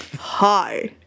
Hi